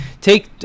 Take –